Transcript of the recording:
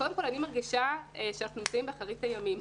שאנחנו נמצאים באחרית הימים.